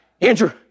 Andrew